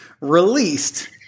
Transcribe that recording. released